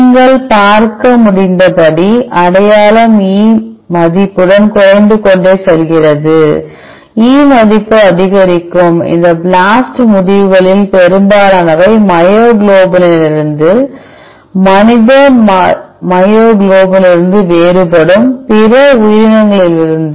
நீங்கள் பார்க்க முடிந்தபடி அடையாளம் E மதிப்புடன் குறைந்து கொண்டே செல்கிறது E மதிப்பு அதிகரிக்கும் மற்றும் இந்த பிளாஸ்ட் முடிவுகளில் பெரும்பாலானவை மயோகுளோபினிலிருந்து மனித மயோகுளோபினிலிருந்து வேறுபடும் பிற உயிரினங்களிலிருந்து